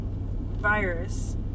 virus